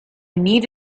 need